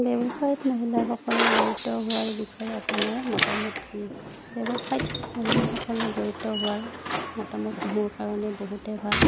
ব্যৱসায়ত মহিলাসকলে জড়িত হোৱাৰ বিষয়ে আপোনাৰ মতামত কি ব্যৱসায়ত মহিলাসকলে জড়িত হোৱাৰ মতামত মোৰ কাৰণে বহুতে ভাল